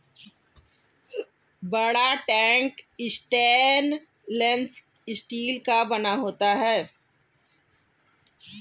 बड़ा tank stainless steel का बना होता है